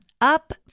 up